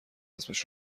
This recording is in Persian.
اسمش